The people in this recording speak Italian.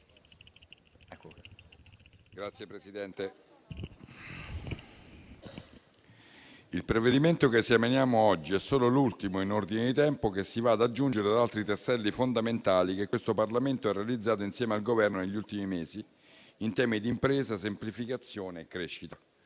il provvedimento che esaminiamo oggi è solo l'ultimo in ordine di tempo che si va ad aggiungere ad altri tasselli fondamentali che questo Parlamento ha realizzato insieme al Governo negli ultimi mesi in tema di impresa, semplificazione e crescita.